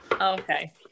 Okay